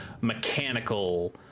mechanical